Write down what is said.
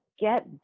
get